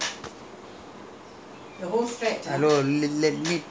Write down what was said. I can guarantee it was there that was hello